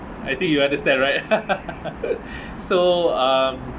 I think you understand right so um